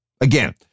Again